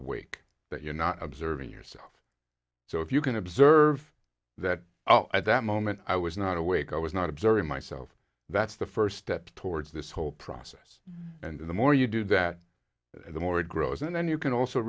awake that you're not observing yourself so if you can observe that at that moment i was not awake i was not observing myself that's the first step towards this whole process and the more you do that the more it grows and then you can also